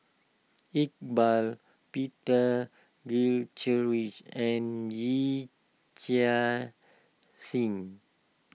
Iqbal Peter Gilchrist and Yee Chia Hsing